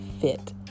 fit